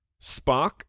Spock